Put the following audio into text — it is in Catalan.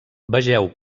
vegeu